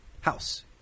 House